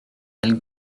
elle